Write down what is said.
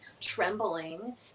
trembling